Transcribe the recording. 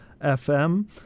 FM